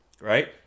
right